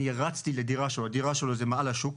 אני רצתי לדירה שלו, הדירה שלו מעל השוק,